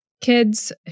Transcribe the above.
kids